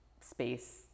space